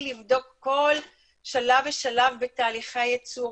לבדוק כל שלב ושלב בתהליכי הייצור,